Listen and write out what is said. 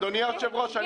אדוני היושב-ראש,